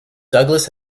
douglass